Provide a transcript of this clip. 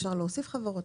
אפשר להוסיף חברות,